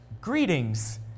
Greetings